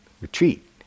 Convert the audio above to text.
retreat